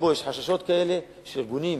עד לרגע שבו יש חששות כאלה של ארגונים,